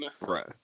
right